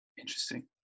interesting